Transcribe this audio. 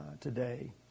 today